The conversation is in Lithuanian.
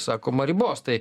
sakoma ribos tai